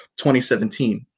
2017